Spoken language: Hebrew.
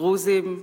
דרוזים,